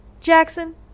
Jackson